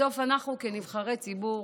בסוף אנחנו כנבחרי ציבור